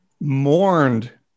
mourned